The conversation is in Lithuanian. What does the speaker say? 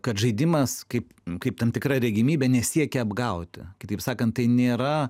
kad žaidimas kaip kaip tam tikra regimybė nesiekia apgauti kitaip sakant tai nėra